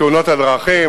בתאונות הדרכים.